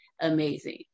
amazing